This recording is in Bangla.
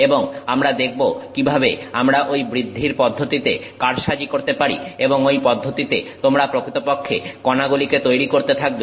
এবং আমরা দেখবো কিভাবে আমরা ঐ বৃদ্ধির পদ্ধতিতে কারসাজি করতে পারি এবং ঐ পদ্ধতিতে তোমরা প্রকৃতপক্ষে কনাগুলিকে তৈরি করতে থাকবে